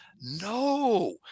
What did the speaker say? No